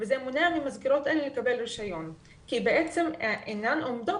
וזה מונע ממסגרות אלה לקבל רישיון כי בעצם הן אינן עומדות